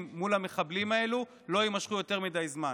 מול המחבלים האלה לא יימשכו יותר מדי זמן,